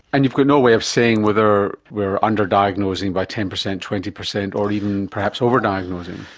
and you've got no way of saying whether we are under-diagnosing by ten percent, twenty percent, or even perhaps over-diagnosing.